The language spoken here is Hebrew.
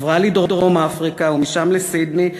עברה לדרום-אפריקה ומשם לסידני,